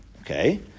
okay